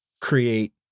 create